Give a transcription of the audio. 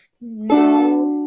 No